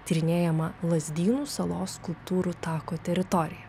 tyrinėjamą lazdynų salos skulptūrų tako teritoriją